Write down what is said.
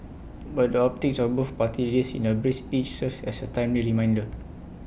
but the optics of both party leaders in A brace each serves as A timely reminder